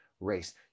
race